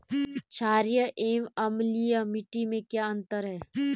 छारीय एवं अम्लीय मिट्टी में क्या अंतर है?